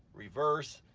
reverse,